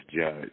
judge